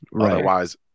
Otherwise